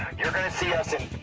you're going to see us in